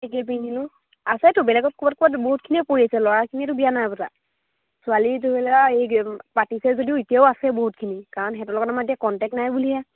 একে পিন্ধিলো আছে তো বেলেগত ক'ৰবাত ক'ৰবাত বহুতখিনিয় পৰি আছে ল'ৰাখিনিতো বিয়া নাই পতা ছোৱালী ধৰি লোৱা এই পাতিছে যদিও এতিয়াও আছে বহুতখিনি কাৰণ সিহঁতৰ লগত আমাৰ এতিয়া কণ্টেক্ট নাই বুলিয়ে